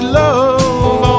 love